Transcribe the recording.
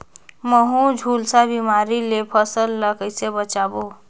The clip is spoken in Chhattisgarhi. महू, झुलसा बिमारी ले फसल ल कइसे बचाबो?